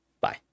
bye